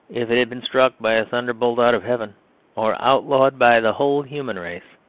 if it had been struck by a thunderbolt out of heaven or outlawed by the whole human race,